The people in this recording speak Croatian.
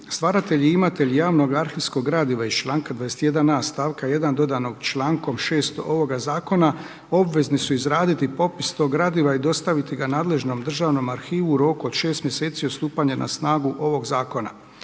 „Stvaratelji i imatelji javnog arhivskog gradiva iz članka 21a. stavka 1. dodanog člankom 6. ovoga zakona obvezni su izraditi popis tog gradiva i dostaviti ga nadležnom Državnom arhivu u roku od 6 mjeseci od stupanja na snagu ovog zakona.